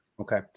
Okay